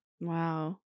Wow